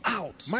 out